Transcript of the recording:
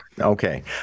Okay